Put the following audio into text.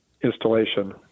installation